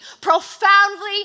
profoundly